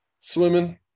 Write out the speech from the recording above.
swimming